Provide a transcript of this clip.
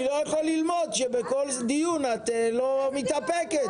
אני לא יכול ללמוד כשבכל דיון את לא מתאפקת.